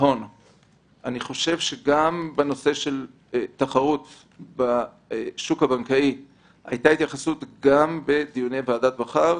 גם לנושא של תחרות בשוק הבנקאי הייתה התייחסות בדיוני ועדת בכר.